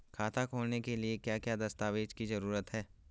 खाता खोलने के लिए क्या क्या दस्तावेज़ की जरूरत है?